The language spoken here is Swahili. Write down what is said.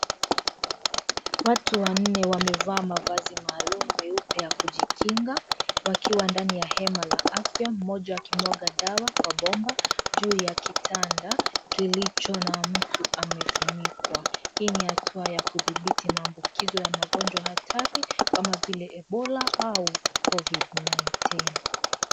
Watu wanne wamevaa mavazi maalum meupe ya kujikinga wakiwa ndani ya hema la afya mmoja akimwaga dawa kwa bomba juu ya kitanda kilicho na mtu amefunikwa. Hii hatua ya kudhibiti maambukizo ya magonjwa hatari kama vile Ebola au Covid-19.